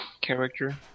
character